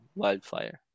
wildfire